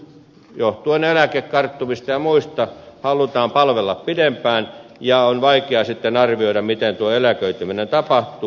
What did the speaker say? johtuen eläkekarttumista ja muista halutaan palvella pidempään ja on vaikea arvioida miten tuo eläköityminen tapahtuu